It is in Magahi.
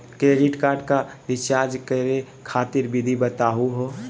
क्रेडिट कार्ड क रिचार्ज करै खातिर विधि बताहु हो?